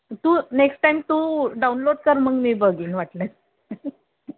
तू next time तू download कर मग मी बघीन वाटल्यास